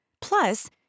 Plus